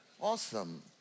Awesome